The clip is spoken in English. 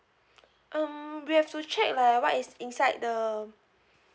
um we have to check like what is inside the